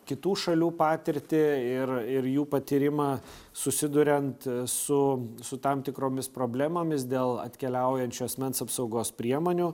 kitų šalių patirtį ir ir jų patyrimą susiduriant su su tam tikromis problemomis dėl atkeliaujančių asmens apsaugos priemonių